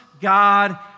God